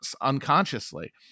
unconsciously